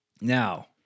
Now